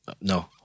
no